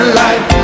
life